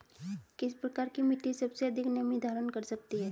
किस प्रकार की मिट्टी सबसे अधिक नमी धारण कर सकती है?